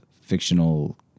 fictional